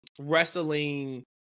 wrestling